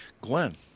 Glenn